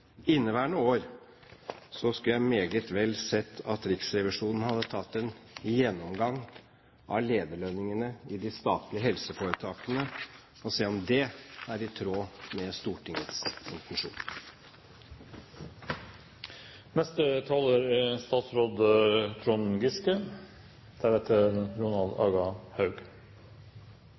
inneværende år, skulle jeg meget vel sett at Riksrevisjonen hadde tatt en gjennomgang av lederlønningene i de statlige helseforetakene for å se om de er i tråd med Stortingets